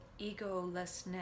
egolessness